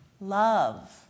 Love